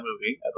movie